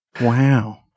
Wow